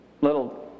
little